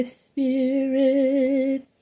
spirit